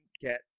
get